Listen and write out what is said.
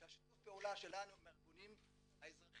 ששיתוף הפעולה שלנו עם הארגונים האזרחיים,